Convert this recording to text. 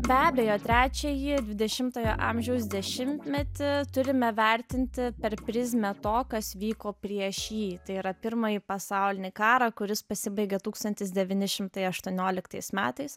be abejo trečiąjį dvidešimtojo amžiaus dešimtmetį turime vertinti per prizmę to kas vyko prieš jį tai yra pirmąjį pasaulinį karą kuris pasibaigė tūkstantis devyni šimtai aštuonioliktais metais